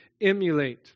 emulate